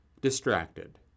distracted